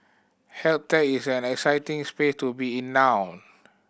health tech is an exciting space to be in now